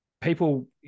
people